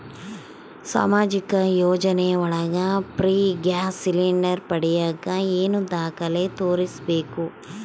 ಸಾಮಾಜಿಕ ಯೋಜನೆ ಒಳಗ ಫ್ರೇ ಗ್ಯಾಸ್ ಸಿಲಿಂಡರ್ ಪಡಿಯಾಕ ಏನು ದಾಖಲೆ ತೋರಿಸ್ಬೇಕು?